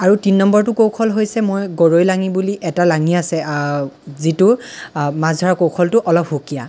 অৰু তিনি নম্বৰটো কৌশল হৈছে মই গৰৈ লাঙি বুলি এটা লাঙি আছে যিটোৰ মাছ ধৰাৰ কৌশলটো অলপ সুকীয়া